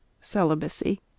Celibacy